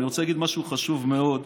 אני רוצה להגיד משהו חשוב מאוד,